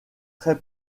très